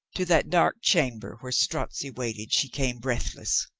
to that dark chamber where strozzi waited she came breathless.